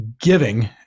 giving